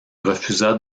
refusa